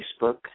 Facebook